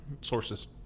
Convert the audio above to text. sources